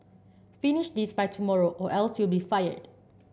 finish this by tomorrow or else you'll be fired